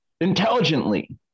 Intelligently